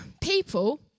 people